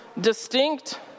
distinct